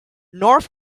north